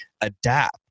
adapt